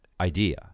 idea